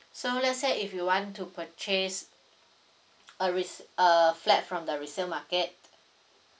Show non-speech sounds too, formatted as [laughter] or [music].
so let's say if you want to purchase [noise] a res~ a flat from the resale market